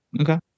Okay